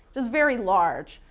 it's very large.